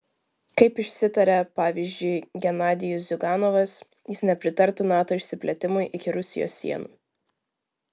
kaip išsitarė pavyzdžiui genadijus ziuganovas jis nepritartų nato išsiplėtimui iki rusijos sienų